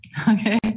Okay